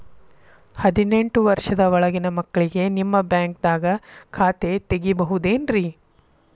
ಹದಿನೆಂಟು ವರ್ಷದ ಒಳಗಿನ ಮಕ್ಳಿಗೆ ನಿಮ್ಮ ಬ್ಯಾಂಕ್ದಾಗ ಖಾತೆ ತೆಗಿಬಹುದೆನ್ರಿ?